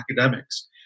academics